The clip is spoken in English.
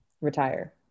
retire